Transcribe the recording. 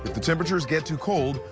the temperatures get too cold,